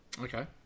Okay